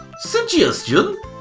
Suggestion